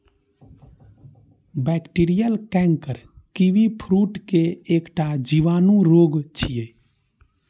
bacterial canker kiwifruit के एकटा जीवाणु रोग छियै